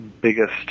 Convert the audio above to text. biggest